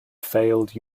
failed